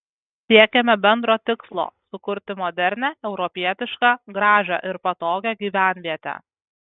siekėme bendro tikslo sukurti modernią europietišką gražią ir patogią gyvenvietę